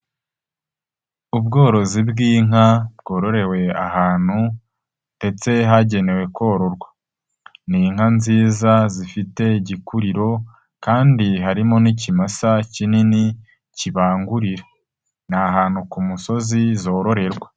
Ubworozi bw'inka bwororewe ahantu ndetse hagenewe kororwa. Ni inka nziza zifite igikuriro kandi harimo n'ikimasa kinini kibangurira, ni ahantu ku musozi zororerwa.